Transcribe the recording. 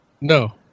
No